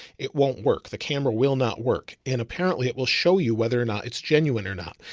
it won't work. the camera will not work. and apparently it will show you whether or not it's genuine or not.